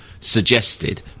suggested